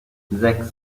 sechs